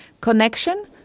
connection